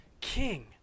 king